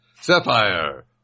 Sapphire